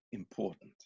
important